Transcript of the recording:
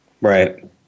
Right